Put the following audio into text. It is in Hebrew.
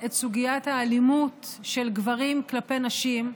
לדיון כאן במליאה את סוגיית האלימות של גברים כלפי נשים,